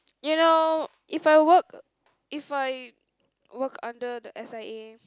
you know if I work if I work under the S_I_A